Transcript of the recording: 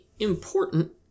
important